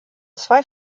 zwei